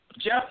Jeff